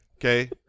Okay